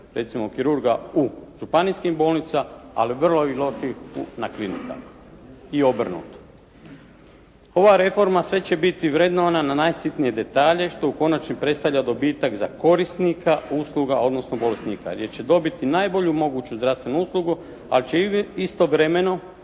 recimo kirurga u županijskim bolnicama, ali vrlo ovih loših na klinikama i obrnuto. Ova reforma sve će biti vrednovana na najsitnije detalje što u konačnici predstavlja dobitak za korisnika usluga odnosno bolesnika jer će dobiti najbolju moguću zdravstvenu uslugu. Ali će istovremeno